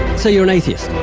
so, you're an atheist?